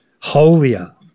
holier